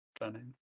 planning